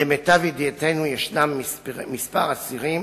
למיטב ידיעתנו, יש כמה אסירים